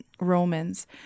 Romans